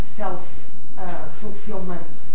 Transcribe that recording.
self-fulfillment